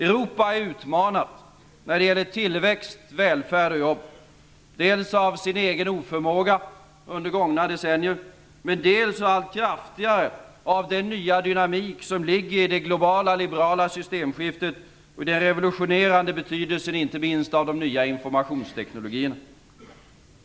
Europa utmanas när det gäller tillväxt, välfärd och jobb dels av sin egen oförmåga under gångna decennier, men dels allt kraftigare av den nya dynamik som ligger i det globala och liberala systemskiftet och inte minst den revolutionerande betydelsen av de nya informationsteknologierna.